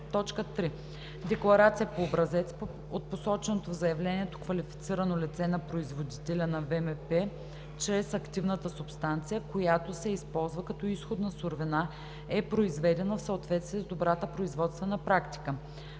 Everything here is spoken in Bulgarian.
път; 3. декларация по образец от посоченото в заявлението квалифицирано лице на производителя на ВМП, че активната субстанция, която се използва като изходна суровина, е произведена в съответствие с Добрата производствена практика